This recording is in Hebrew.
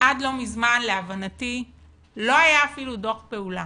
עד לא מזמן להבנתי לא היה אפילו דו"ח פעולה.